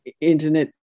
internet